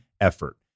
effort